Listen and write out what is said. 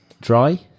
dry